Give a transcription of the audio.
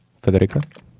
Federica